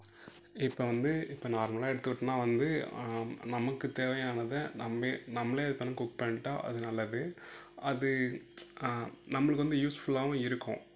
இப்போ வந்து இப்போ நார்மலாக எடுத்துக்கிட்டோனா வந்து நமக்கு தேவையானதை நம்ம நம்மளே அது பண்ணி குக் பண்ணிட்டா அது நல்லது அது நம்மளுக்கு வந்து யூஸ் ஃபுல்லாகவும் இருக்கும்